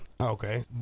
okay